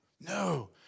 No